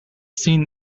seen